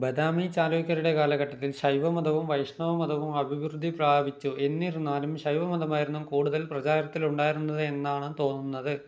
ബദാമി ചാലൂക്യരുടെ കാലഘട്ടത്തിൽ ശൈവമതവും വൈഷ്ണവമതവും അഭിവൃദ്ധി പ്രാപിച്ചു എന്നിരുന്നാലും ശൈവമതമായിരുന്നു കൂടുതൽ പ്രചാരത്തിലുണ്ടായിരുന്നത് എന്നാണ് തോന്നുന്നത്